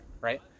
right